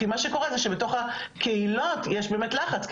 כי מה שקורה זה שבתוך הקהילות יש באמת לחץ,